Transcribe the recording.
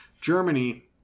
Germany